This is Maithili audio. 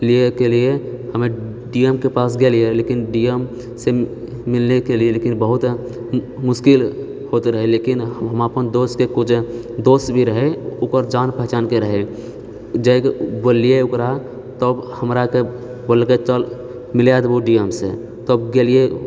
लिअऽके लिए हमे डीएमके पास गेलिए लेकिन डीएमसे मिलनेके लिए लेकिन बहुत मुश्किल होते रहै लेकिन हम अपन दोस्तके एकगो जे दोस्तभी रहै ओकर जान पहचानके रहै जाएके बोललिऐ ओकरा तब हमराके बोललकै चल मिलाए देबहुँ डीएमसँ तब गेलिए